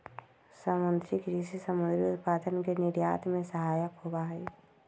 समुद्री कृषि समुद्री उत्पादन के निर्यात में सहायक होबा हई